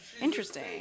interesting